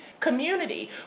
community